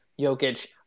Jokic